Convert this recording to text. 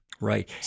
Right